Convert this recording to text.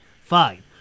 fine